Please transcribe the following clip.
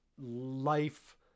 life